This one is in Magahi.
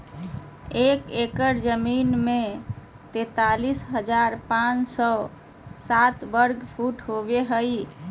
एक एकड़ जमीन में तैंतालीस हजार पांच सौ साठ वर्ग फुट होबो हइ